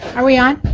are we on?